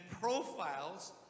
profiles